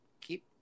Keep